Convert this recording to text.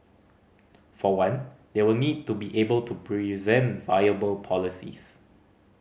for one they will need to be able to present viable policies